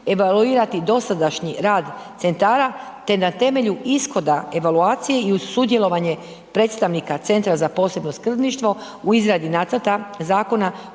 evaluirati dosadašnji rad centara te na temelju ishoda evaluacije i uz sudjelovanje predstavnika Centra za posebno skrbništvo u izradi nacrta zakona